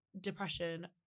depression